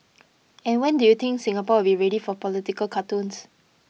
and when do you think Singapore will be ready for political cartoons